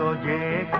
ah da